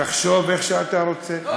תחשוב איך שאתה רוצה,